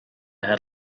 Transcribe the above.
had